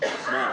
ואנחנו